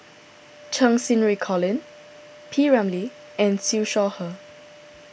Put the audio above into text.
Cheng Xinru Colin P Ramlee and Siew Shaw Her